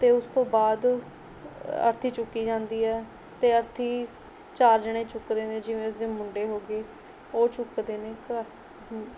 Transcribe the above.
ਅਤੇ ਉਸ ਤੋਂ ਬਾਅਦ ਅਰਥੀ ਚੁੱਕੀ ਜਾਂਦੀ ਹੈ ਅਤੇ ਅਰਥੀ ਚਾਰ ਜਣੇ ਚੁੱਕਦੇ ਨੇ ਜਿਵੇਂ ਉਸਦੇ ਮੁੰਡੇ ਹੋ ਗਏ ਉਹ ਚੁੱਕਦੇ ਨੇ